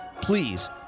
please